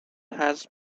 has